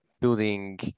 building